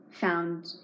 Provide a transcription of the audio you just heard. found